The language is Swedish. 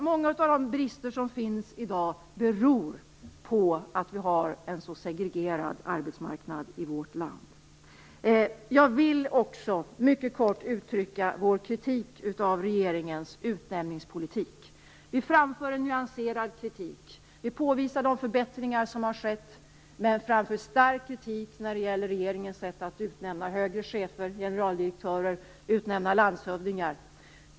Många av de brister som finns i dag beror på att vi har en så segregerad arbetsmarknad i vårt land. Jag vill också mycket kortfattat uttrycka vår kritik mot regeringens utnämningspolitik. Vi framför en nyanserad kritik. Vi påvisar de förbättringar som har skett men framför stark kritik när det gäller regeringens sätt att utnämna högre chefer, generaldirektörer och landshövdingar.